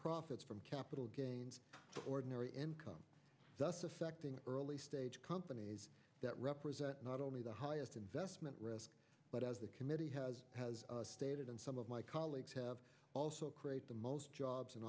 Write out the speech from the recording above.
profits from capital gains ordinary income thus affecting early stage companies that represent not only the highest investment risk but as the committee has has stated and some of my colleagues have also create the most jobs and